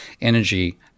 energy